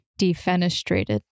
Defenestrated